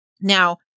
Now